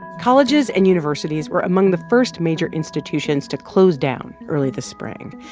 colleges and universities were among the first major institutions to close down early this spring,